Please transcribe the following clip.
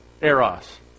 Eros